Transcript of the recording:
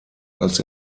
als